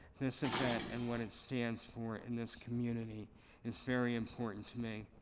this event and what it stands for in this community is very important to me.